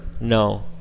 No